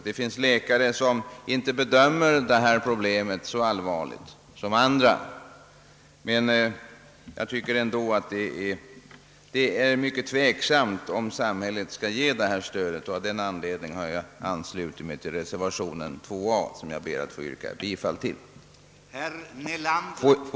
Det finns läkare som inte bedömer detta problem så allvarligt, men jag anser i alla fall att det är mycket tveksamt om samhället skall lämna detta stöd, och därför har jag anslutit mig till reservationen 2 a som jag ber att få yrka bifall till.